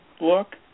look